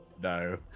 No